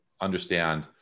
understand